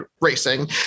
racing